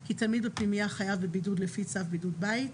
בפנימייה חייב בבידוד לפי צו בידוד בית,